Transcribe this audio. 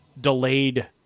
delayed